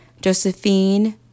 Josephine